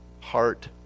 heart